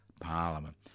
Parliament